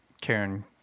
Karen